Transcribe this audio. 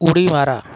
उडी मारा